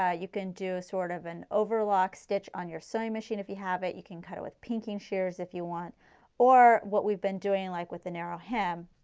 ah you can do sort of an overlock stitch on your sewing machine, if you have it you can cut it with pinking shears if you want or what we have been doing like with a narrow hem,